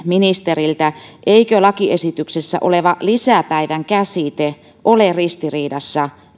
ministeriltä eikö lakiesityksessä oleva lisäpäivän käsite ole ristiriidassa